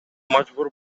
мажбур